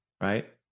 right